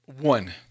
one